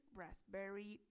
raspberry